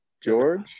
george